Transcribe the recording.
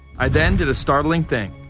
i then did a startling thing